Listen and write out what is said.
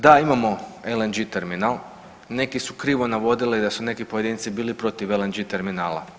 Da imamo LNG terminal, neki su krivo navodili da su neki pojedinci bili protiv LNG terminala.